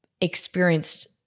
experienced